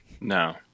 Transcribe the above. no